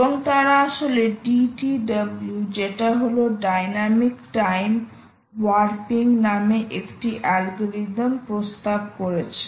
এবং তারা আসলে DTW যেটা হলো ডাইনামিক টাইম ওয়ার্পিং নামে একটি অ্যালগরিদম প্রস্তাব করেছেন